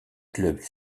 clubs